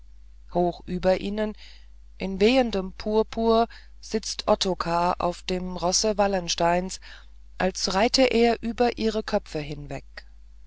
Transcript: hoch über ihnen in wehendem purpur sitzt ottokar auf dem rosse wallensteins als reite er über ihre köpfe hinweg